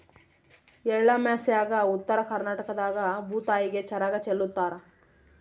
ಎಳ್ಳಮಾಸ್ಯಾಗ ಉತ್ತರ ಕರ್ನಾಟಕದಾಗ ಭೂತಾಯಿಗೆ ಚರಗ ಚೆಲ್ಲುತಾರ